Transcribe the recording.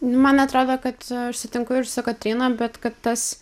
man atrodo kad aš sutinku ir su kotryna bet kad tas